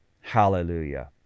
Hallelujah